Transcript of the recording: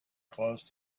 closed